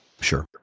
Sure